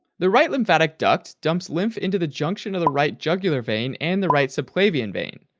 the right lymphatic duct dumps lymph into the junction of the right jugular vein and the right subclavian vein,